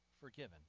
forgiven